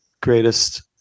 greatest